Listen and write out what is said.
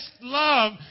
love